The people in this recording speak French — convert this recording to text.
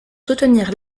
soutenir